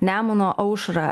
nemuno aušrą